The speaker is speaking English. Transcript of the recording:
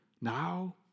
now